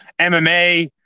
MMA